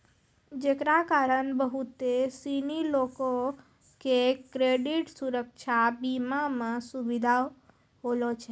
जेकरा कारण बहुते सिनी लोको के क्रेडिट सुरक्षा बीमा मे सुविधा होलो छै